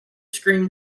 screen